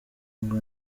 ngo